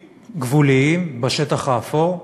גבוליים, בשטח האפור,